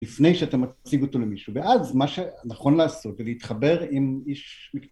לפני שאתה מציג אותו למישהו, ואז מה שנכון לעשות זה להתחבר עם איש